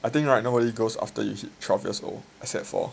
I think right nobody goes after you hit twelve years old except for